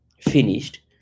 finished